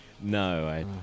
no